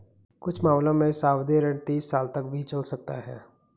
कुछ मामलों में सावधि ऋण तीस साल तक भी चल सकता है